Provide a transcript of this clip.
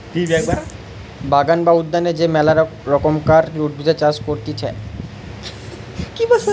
বাগান বা উদ্যানে যে মেলা রকমকার উদ্ভিদের চাষ করতিছে